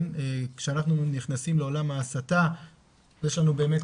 כשאנחנו נכנסים לעולם ההסתה יש לנו באמת,